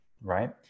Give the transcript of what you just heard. Right